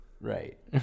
Right